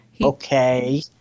Okay